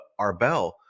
Arbel